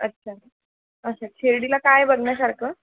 अच्छा अच्छा शिर्डीला काय आहे बघण्यासारखं